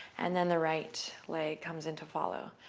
and then the right leg comes in to follow.